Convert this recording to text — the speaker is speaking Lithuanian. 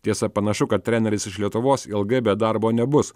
tiesa panašu kad treneris iš lietuvos ilgai be darbo nebus